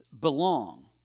belong